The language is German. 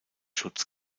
schutz